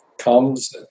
comes